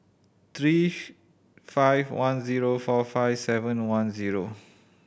three five one zero four five seven one zero